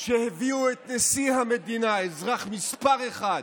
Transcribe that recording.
שהביאה את נשיא המדינה, האזרח מס' אחת,